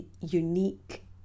unique